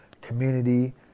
community